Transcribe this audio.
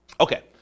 Okay